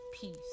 peace